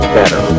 better